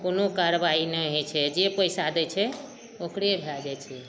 कोनो कारबाइ नहि होइ छै जे पैसा दै छै ओकरे भए जाइ छै